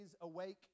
awake